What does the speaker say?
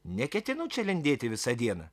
neketinu čia lindėti visą dieną